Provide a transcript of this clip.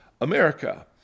America